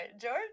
george